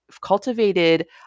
cultivated